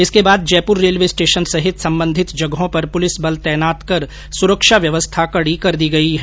इसके बाद Jaipur railway station सहित संबंधित जगहों पर पुलिस बल तैनात कर सुरक्षा व्यवस्था कड़ी कर दी गई हैं